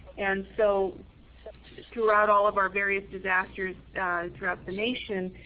and so throughout all of our various disasters throughout the nation,